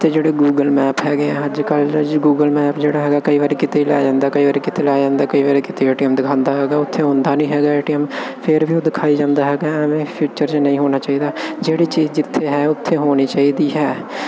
ਅਤੇ ਜਿਹੜੇ Google map ਹੈਗੇ ਆ ਅੱਜ ਕੱਲ੍ਹ ਜੀ ਗੂਗਲ ਮੈਪ ਜਿਹੜਾ ਹੈਗਾ ਕਈ ਵਾਰੀ ਕਿਤੇ ਲਾਇਆ ਜਾਂਦਾ ਕਈ ਵਾਰੀ ਕਿਤੇ ਲਾਇਆ ਜਾਂਦਾ ਕਈ ਵਾਰ ਕਿਤੇ ਏਟੀਐਮ ਦਿਖਾਉਂਦਾ ਹੈਗਾ ਉੱਥੇ ਹੁੰਦਾ ਨਹੀਂ ਹੈਗਾ ਏਟੀਐਮ ਫਿਰ ਵੀ ਉਹ ਦਿਖਾਈ ਜਾਂਦਾ ਹੈਗਾ ਐਵੇਂ ਫਿਊਚਰ 'ਚ ਨਹੀਂ ਹੋਣਾ ਚਾਹੀਦਾ ਜਿਹੜੇ ਚੀਜ਼ ਜਿੱਥੇ ਹੈ ਉੱਥੇ ਹੋਣੀ ਚਾਹੀਦੀ ਹੈ